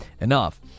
enough